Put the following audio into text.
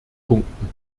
punkten